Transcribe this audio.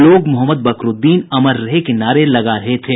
लोग मोहम्मद बकरूद्दीन अमर रहे के नारे लगा रहे थे